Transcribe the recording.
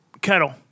kettle